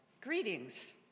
Greetings